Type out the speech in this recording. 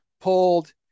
pulled